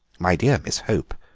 my dear miss hope,